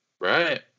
right